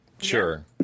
sure